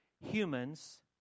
humans